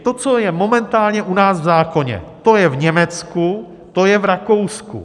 To, co je momentálně u nás v zákoně, to je v Německu, to je v Rakousku.